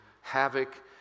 havoc